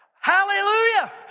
Hallelujah